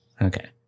Okay